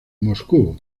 moscú